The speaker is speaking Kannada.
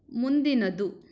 ಮುಂದಿನದು